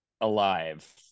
alive